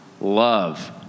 love